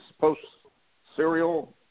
post-serial